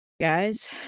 guys